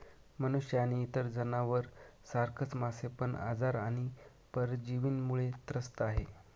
मनुष्य आणि इतर जनावर सारखच मासे पण आजार आणि परजीवींमुळे त्रस्त आहे